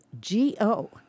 G-O